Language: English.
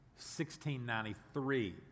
1693